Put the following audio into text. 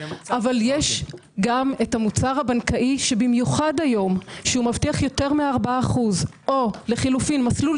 אבל יש גם המוצר הבנקאי שבמיחד היום מבטיח יותר מ-4% או לחילופין מסלול